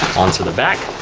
on to the back,